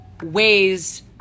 ways